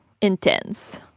intense